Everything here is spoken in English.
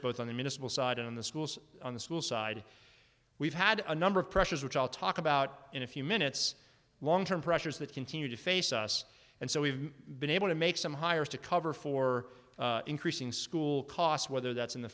both on the municipal side and on the schools on the school side we've had a number of pressures which i'll talk about in a few minutes long term pressures that continue to face us and so we've been able to make some hires to cover for increasing school costs whether that's in the